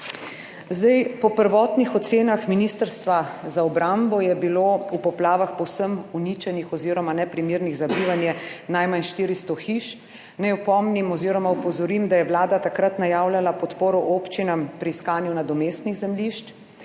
Zdaj po prvotnih ocenah Ministrstva za obrambo je bilo v poplavah povsem uničenih oz. neprimernih za bivanje najmanj 400 hiš. Naj opomnim, oz. opozorim, da je Vlada takrat najavljala podporo občinam pri iskanju nadomestnih zemljišč.